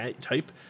type